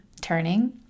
turning